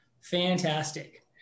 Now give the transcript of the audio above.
Fantastic